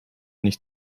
nicht